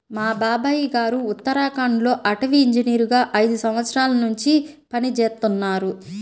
మా బాబాయ్ గారు ఉత్తరాఖండ్ లో అటవీ ఇంజనీరుగా ఐదు సంవత్సరాల్నుంచి పనిజేత్తన్నారు